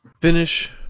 Finish